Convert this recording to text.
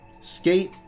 Skate